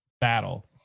battle